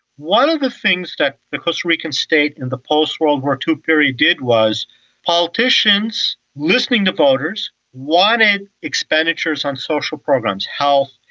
one of the things that the costa rican state in the post-world war ii period did was politicians listening to voters wanted expenditures on social programs health,